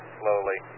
slowly